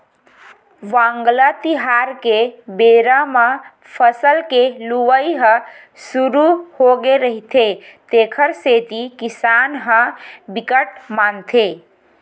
वांगला तिहार के बेरा म फसल के लुवई ह सुरू होगे रहिथे तेखर सेती किसान ह बिकट मानथे